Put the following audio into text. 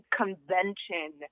convention